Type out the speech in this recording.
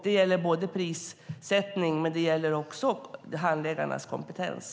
Det gäller både prissättning och handläggarnas kompetens.